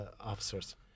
officers